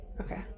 Okay